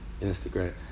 Instagram